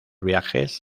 viajes